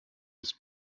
ist